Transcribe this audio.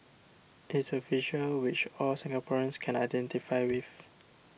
it's a visual which all Singaporeans can identify with